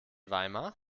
weimar